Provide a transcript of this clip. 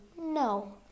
No